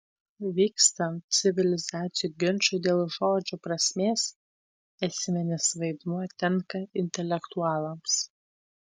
vykstant civilizacijų ginčui dėl žodžių prasmės esminis vaidmuo tenka intelektualams